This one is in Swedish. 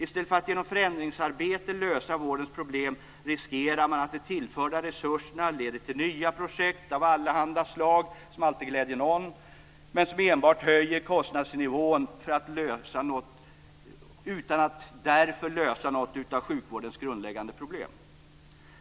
I stället för att genom förändringsarbete lösa vårdens problem riskerar man att de tillförda resurserna leder till nya projekt av allehanda slag som alltid gläder någon men som enbart höjer kostnadsnivån utan att därför lösa något av sjukvårdens grundläggande problem.